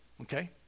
Okay